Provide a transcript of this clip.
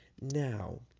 now